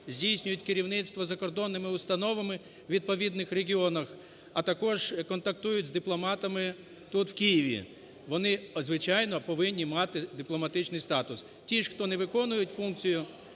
здійснюють керівництво закордонними установами у відповідних регіонах, а також контактують з дипломатами тут в Києві. Вони звичайно повинні мати дипломатичний статус. Ті ж, хто не виконують функцію